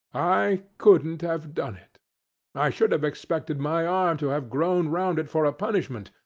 i couldn't have done it i should have expected my arm to have grown round it for a punishment,